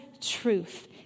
truth